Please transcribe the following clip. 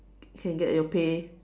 can get your pay